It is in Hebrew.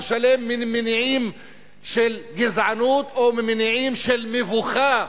שלם ממניעים של גזענות או ממניעים של מבוכה.